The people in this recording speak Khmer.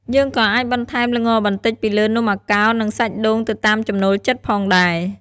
យើងក៏៏អាចបន្ថែមល្ងបន្តិចពីលើនំអាកោរ និងសាច់ដូងទៅតាមចំណូលចិត្តផងដែរ។